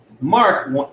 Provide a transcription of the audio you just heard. Mark